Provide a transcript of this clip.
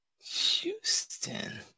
Houston